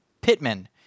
Pittman